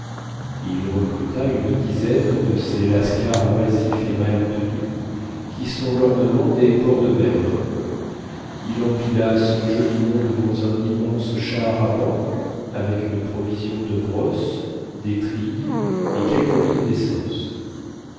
il recruta une dizaine de ces lascars oisifs et mal tenus qui sont lornement des ports de mer il empila ce joli monde dans un immense char à bancs avec une provision de brosses détrilles et quelques bidons dessence